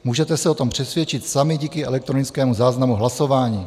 Můžete se o tom přesvědčit sami díky elektronickému záznamu hlasování.